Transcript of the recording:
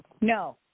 No